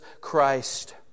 Christ